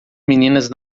meninas